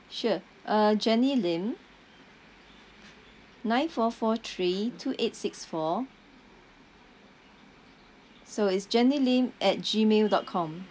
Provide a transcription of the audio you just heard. sure uh jenny lim nine four four three two eight six four so it's jenny lim at gmail dot com